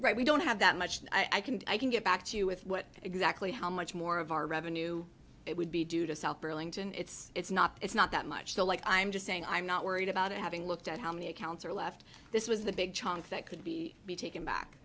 right we don't have that much i can i can get back to you with what exactly how much more of our revenue it would be due to south burlington it's it's not it's not that much the like i'm just saying i'm not worried about it having looked at how many accounts are left this was the big chunk that could be be taken back